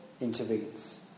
intervenes